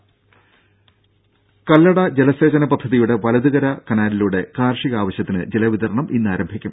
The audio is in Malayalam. രുര കല്ലട ജലസേചന പദ്ധതിയുടെ വലതുകര കനാലിലൂടെ കാർഷിക ആവശ്യത്തിന് ജലവിതരണം ഇന്നാരംഭിക്കും